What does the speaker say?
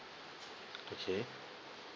okay